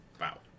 wow